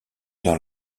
dans